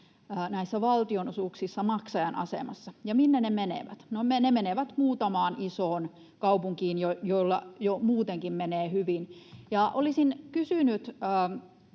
valtionosuuksissa maksajan asemassa. Minne ne rahat menevät? No ne menevät muutamaan isoon kaupunkiin, joilla jo muutenkin menee hyvin. Olisin kysynyt